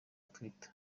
twitter